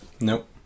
nope